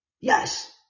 Yes